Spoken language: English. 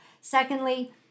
Secondly